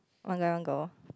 one guy one girl